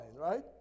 right